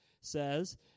says